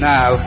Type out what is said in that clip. Now